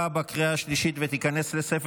נתקבל.